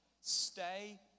Stay